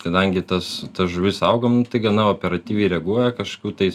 kadangi tas žuvis saugom nu tai gana operatyviai reaguoja kažkokių tai